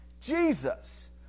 Jesus